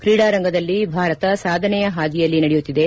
ಕ್ರೀಡಾರಂಗದಲ್ಲಿ ಭಾರತ ಸಾಧನೆಯ ಹಾದಿಯಲ್ಲಿ ನಡೆಯುತ್ತಿದೆ